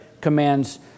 commands